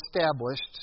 established